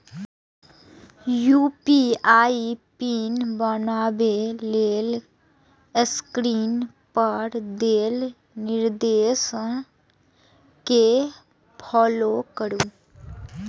UPI pin बनबै लेल screen पर देल निर्देश कें फॉलो करू